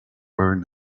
wearing